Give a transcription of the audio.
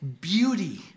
beauty